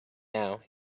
now